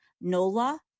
Nola